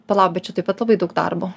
palauk bet čia taip pat labai daug darbo